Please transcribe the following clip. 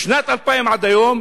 משנת 2000 עד היום,